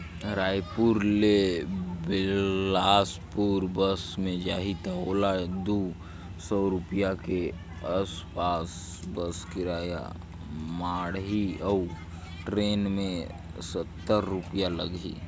रायपुर ले बेलासपुर बस मे जाही त ओला दू सौ रूपिया के आस पास बस किराया माढ़ही अऊ टरेन मे सत्तर रूपिया लागही